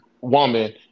woman